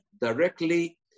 directly